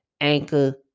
anchor